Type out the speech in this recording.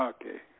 Okay